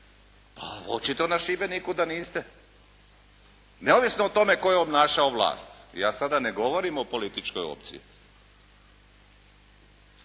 Pa očito na Šibeniku da niste, neovisno o tome tko je obnašao vlast. Ja sada ne govorim o političkoj opciji.